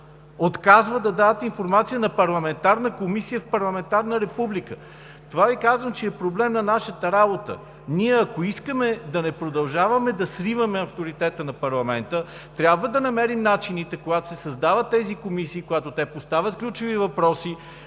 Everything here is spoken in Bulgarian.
Отказват да дават информация на парламентарна комисия в парламентарна република! Това Ви казвам, че е проблем на нашата работа. Ние, ако искаме да не продължаваме да свиваме авторитета на парламента, трябва да намерим начините, когато се създават тези комисии и се поставят ключови въпроси